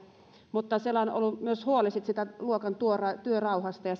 mutta siellä on ollut huoli myös luokan työrauhasta ja